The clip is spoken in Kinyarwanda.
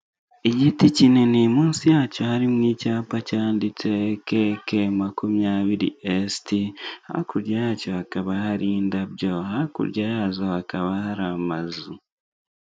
Igiti kinini munsi yacyo harimo icyapa cyanditse keke makumyabiri esiti hakurya yacyo hakaba hari indabyo hakurya yazo hakaba hari amazu.